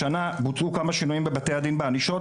השנה בוצעו כמה שינויים בבתי הדין בענישות,